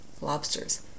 lobsters